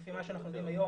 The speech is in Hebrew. לי מה שאנחנו יודעים היום,